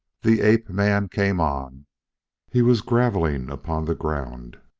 the ape-man came on he was grovelling upon the ground.